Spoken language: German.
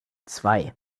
zwei